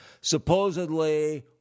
supposedly